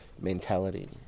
mentality